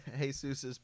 Jesus